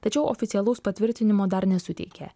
tačiau oficialaus patvirtinimo dar nesuteikė